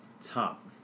top